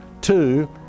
Two